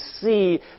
see